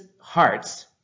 hearts